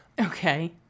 Okay